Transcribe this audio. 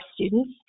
students